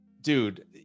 dude